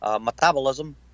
metabolism